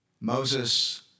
Moses